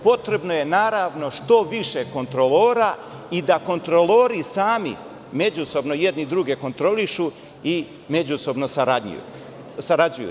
Potrebno je što više kontrolora i da kontrolori sami međusobno jedni druge kontrolišu i međusobno sarađuju.